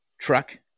truck